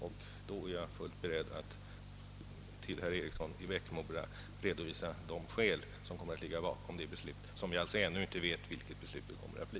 Då är jag fullt beredd att för herr Eriksson i Bäckmora redovisa de skäl, som kommer att ligga bakom det beslutet — ett beslut som jag ännu inte vet hur det kommer att bli.